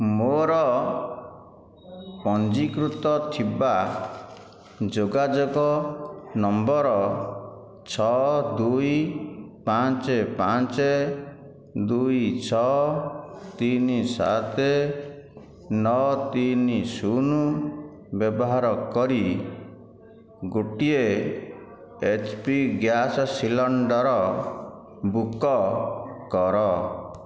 ମୋର ପଞ୍ଜୀକୃତ ଥିବା ଯୋଗାଯୋଗ ନମ୍ବର୍ ଛଅ ଦୁଇ ପାଞ୍ଚ ପାଞ୍ଚ ଦୁଇ ଛଅ ତିନି ସାତ ନଅ ତିନି ଶୂନ ବ୍ୟବହାର କରି ଗୋଟିଏ ଏଚ୍ପି ଗ୍ୟାସ୍ ସିଲଣ୍ଡର୍ ବୁକ୍ କର